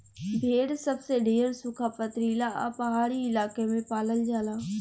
भेड़ सबसे ढेर सुखा, पथरीला आ पहाड़ी इलाका में पालल जाला